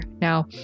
now